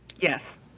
Yes